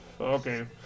okay